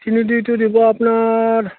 তিনি দুইটো দিব আপোনাৰ